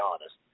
honest